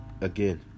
again